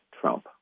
Trump